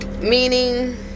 Meaning